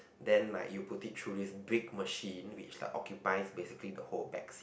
then like you put it through this big machine which like occupies basically the whole back seat